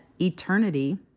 eternity